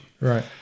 right